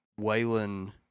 Waylon